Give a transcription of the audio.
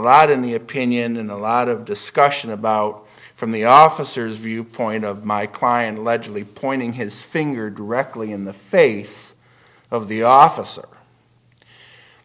lot in the opinion in a lot of discussion about from the officers viewpoint of my client allegedly pointing his finger directly in the face of the officer